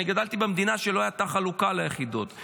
אני גדלתי במדינה שלא הייתה בה חלוקה ליחידות.